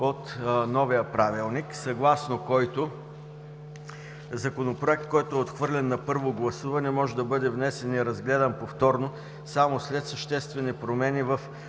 от новия Правилник, съгласно който: „Законопроект, който е отхвърлен на първо гласуване, може да бъде внесен и разгледан повторно само след съществени промени в